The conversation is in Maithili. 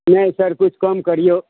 ठीक यऽ सर किछु कम करियौ